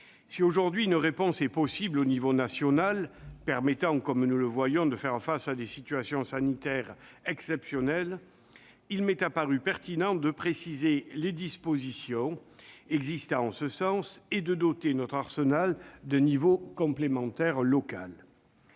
Si, aujourd'hui, une réponse à l'échelon national peut nous permettre, comme nous le voyons, de faire face à des situations sanitaires exceptionnelles, il m'est apparu pertinent de préciser les dispositions existant en ce sens et de doter notre arsenal d'un niveau complémentaire local.